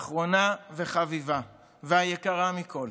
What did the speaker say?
האחרונה וחביבה והיקרה מכול,